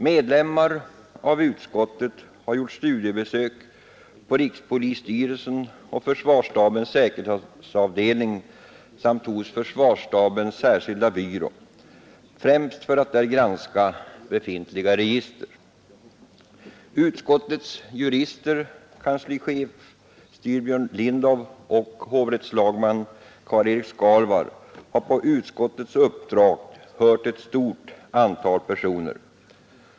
Medlemmar av utskottet har gjort studiebesök på rikspolisstyrelsen och försvarsstabens säkerhetsavdelning samt hos försvarsstabens särskilda byrå, främst för att granska befintliga register. Utskottets jurister, kanslichef Styrbjörn Lindow och hovrättslagman Karl-Erik Skarvall, har på utskottets uppdrag hört ett stort antal personer.